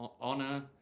Honor